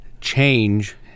change